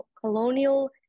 colonial